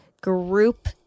group